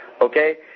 okay